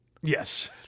Yes